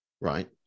Right